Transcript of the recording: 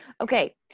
Okay